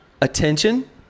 attention